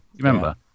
Remember